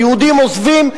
היהודים עוזבים.